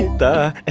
the